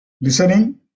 listening